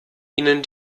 ihnen